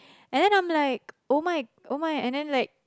and then I'm like oh my oh my and then like